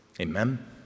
Amen